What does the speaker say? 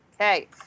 Okay